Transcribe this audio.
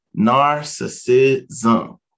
narcissism